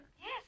Yes